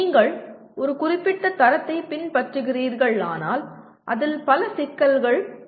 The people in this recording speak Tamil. நீங்கள் ஒரு குறிப்பிட்ட தரத்தைப் பின்பற்றுகிறீர்களானால் அதில் பல சிக்கல்கள் உள்ளன